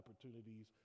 opportunities